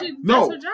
No